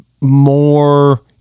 more